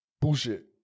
Bullshit